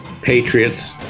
Patriots